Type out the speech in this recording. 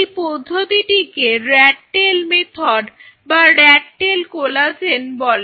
এই পদ্ধতিটিকে rat tail method বা র্যাট টেইল কোলাজেন বলে